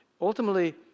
Ultimately